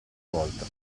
volta